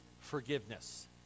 forgiveness